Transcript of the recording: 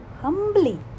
humbly